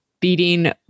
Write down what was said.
beating